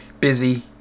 busy